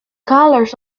colours